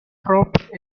dropped